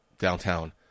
downtown